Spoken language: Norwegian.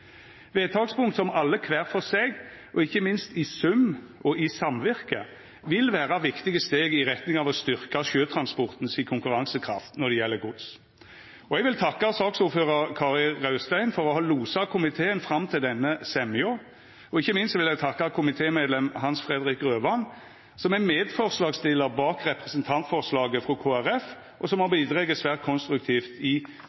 som alle kvar for seg – og ikkje minst i sum og i samvirke – vil vera viktige steg i retning av å styrkja konkurransekrafta til sjøtransporten når det gjeld gods. Og eg vil takka saksordføraren, Kari Raustein, for å ha losa komiteen fram til denne semja, og ikkje minst vil eg takka komitémedlem Hans Fredrik Grøvan, som er medforslagsstillar til representantforslaget frå Kristeleg Folkeparti, og som har bidrege svært konstruktivt i